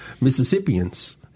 Mississippians